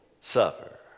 suffer